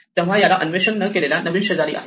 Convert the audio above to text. तेव्हा याला अन्वेषण न केलेला नवीन शेजारी आहे